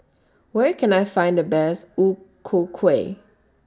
Where Can I Find The Best O Ku Kueh